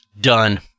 Done